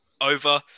over